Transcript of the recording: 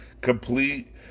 complete